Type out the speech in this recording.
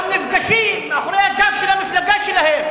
גם נפגשים מאחורי הגב של המפלגה שלהם